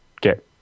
get